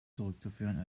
zurückzuführen